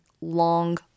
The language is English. long